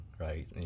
right